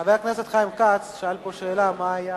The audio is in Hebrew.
חבר הכנסת חיים כץ שאל פה שאלה: מה היה,